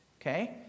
okay